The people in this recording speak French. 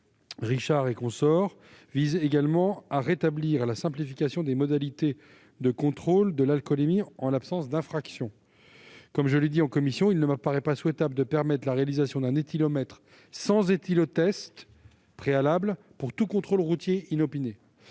326 rectifié vise à rétablir la simplification des modalités de contrôle de l'alcoolémie en l'absence d'infraction. Comme je l'ai souligné en commission, il ne me paraît pas souhaitable de permettre la réalisation d'un éthylomètre sans éthylotest préalable pour tout contrôle routier inopiné.